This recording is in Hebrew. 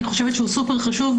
הוא סופר חשוב.